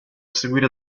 seguire